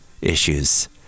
issues